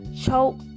choke